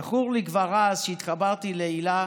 זכור לי שכבר אז התחברתי להילה,